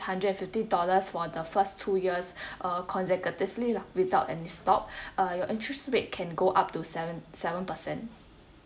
hundred and fifty dollars for the first two years uh consecutively lah without any stop uh your interest rate can go up to seven seven percent